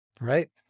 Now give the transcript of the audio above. right